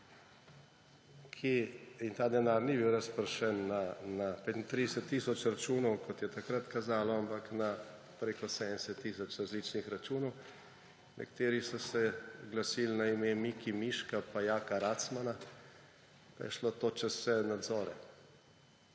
In ta denar ni bil razpršen na 35 tisoč računov, kot je takrat kazalo, ampak na preko 70 tisoč različnih računov. Nekateri so se glasili na ime Miki Miška in Jaka Racmana, pa je šlo to čez vse nadzore